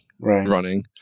running